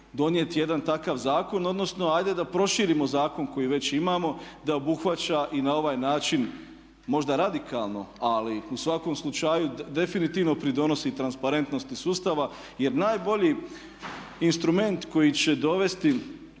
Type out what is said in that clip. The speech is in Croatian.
donijeti jedan takav zakon, odnosno ajde da proširimo zakon koji već imamo da obuhvaća i na ovaj način možda radikalno ali u svakom slučaju definitivno pridonosi transparentnosti sustava. Jer najbolji instrument koji će dovesti